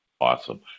Awesome